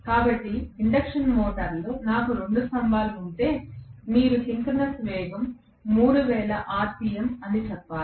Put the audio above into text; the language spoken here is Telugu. కాబట్టి ఇండక్షన్ మోటారులో నాకు 2 స్తంభాలు ఉంటే మీరు సింక్రోనస్ వేగం 3000 ఆర్పిఎమ్ అని చెప్పగలగాలి